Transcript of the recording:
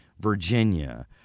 Virginia